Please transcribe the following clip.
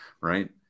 right